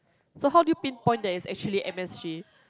so how do you pinpoint that it's actually M_S_G